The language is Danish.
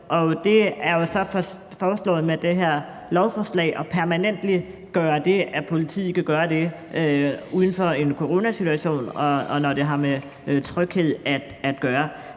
er det så foreslået at gøre det permanent, altså at politiet kan indføre det uden for en coronasituation, når det har med tryghed at gøre.